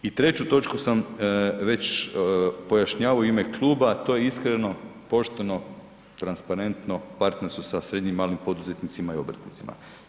I treću točku sam već pojašnjavao u ime kluba, a to je iskreno, pošteno, transparentno partnerstvo sa srednjim i malim poduzetnicima i obrtnicima.